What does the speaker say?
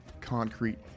concrete